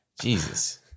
Jesus